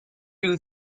you